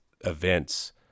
events